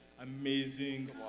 amazing